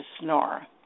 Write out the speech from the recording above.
snore